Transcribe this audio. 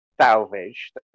salvaged